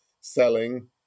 selling